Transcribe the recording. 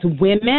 women